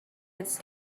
its